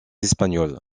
espagnols